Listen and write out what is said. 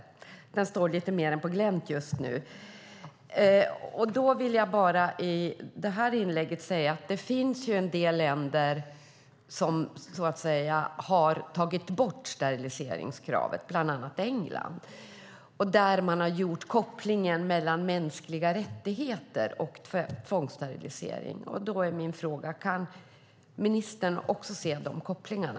Dörren står lite mer på glänt just nu. Jag vill bara i det här inlägget säga att det finns en del länder som har tagit bort steriliseringskravet, bland annat England. Där har man gjort kopplingen mellan mänskliga rättigheter och tvångssterilisering. Då är min fråga: Kan ministern också se de kopplingarna?